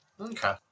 Okay